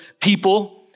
people